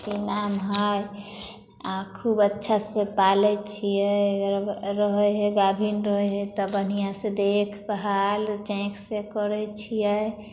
की नाम हइ आ खूब अच्छा से पालै छियै रहै हइ गाभिन रहै हइ तऽ बढ़िऑं से देखभाल चाॅंइक से करै छियै